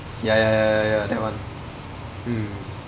ya ya ya ya ya that one mm